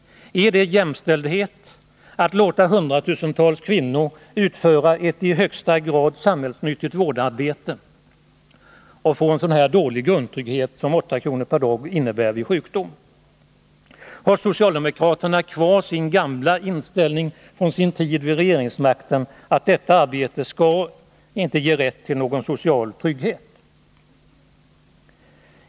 Är det jämställdhet att låta hundratusentals kvinnor, som utför ett i högsta grad samhällsnyttigt vårdarbete, få så dålig grundtrygghet som 8 kr. per dag vid sjukdom? Har socialdemokraterna kvar inställningen från sin tid vid regeringsmakten att detta arbete inte skall ge rätt till någon social trygghet?